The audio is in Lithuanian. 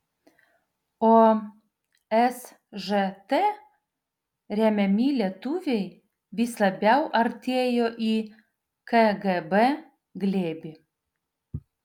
o sžt remiami lietuviai vis labiau artėjo į kgb glėbį